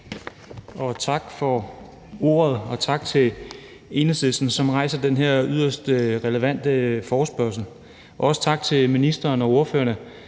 Tak for ordet, og tak til Enhedslisten, som rejser den her yderst relevante forespørgsel, og også tak til ministeren og ordførerne,